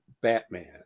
Batman